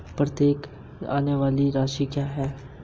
प्रत्येक ऋणदाता द्वारा दी जाने वाली ऋण राशि क्या है?